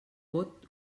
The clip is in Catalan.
vot